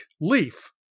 leaf